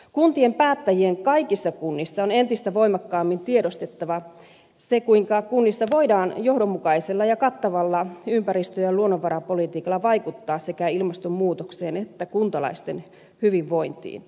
kuntien päättäjien kaikissa kunnissa on entistä voimakkaammin tiedostettava se kuinka kunnissa voidaan johdonmukaisella ja kattavalla ympäristö ja luonnonvarapolitiikalla vaikuttaa sekä ilmastonmuutokseen että kuntalaisten hyvinvointiin